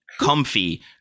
comfy